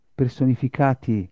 personificati